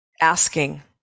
asking